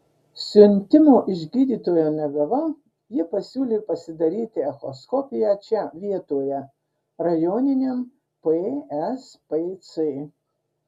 siuntimo iš gydytojo negavau ji pasiūlė pasidaryti echoskopiją čia vietoje rajoniniam pspc